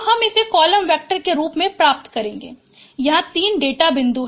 तो हम इसे कॉलम वैक्टर के रूप में प्राप्त करेंगे यहां तीन डेटा बिंदु हैं